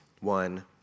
one